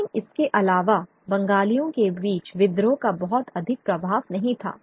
लेकिन इसके अलावा बंगालियों के बीच विद्रोह का बहुत अधिक प्रभाव नहीं था